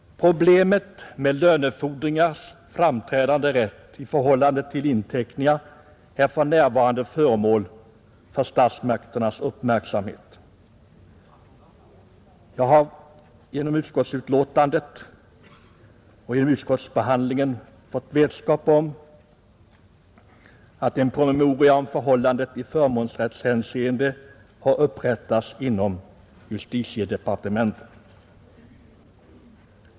inteckningar är för närvarande föremål för statsmakternas uppmärksamhet. Jag har vid utskottsbehandlingen fått vetskap om att en promemoria om förhållandet i förmånsrättshänseende har upprättats inom justitiedepartementet.